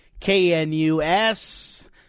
KNUS